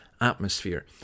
atmosphere